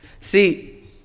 See